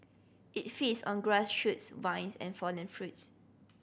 it feeds on grass shoots vines and fallen fruits